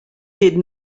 did